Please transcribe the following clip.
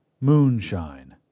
moonshine